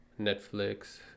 Netflix